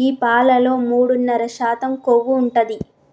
గీ పాలలో మూడున్నర శాతం కొవ్వు ఉంటది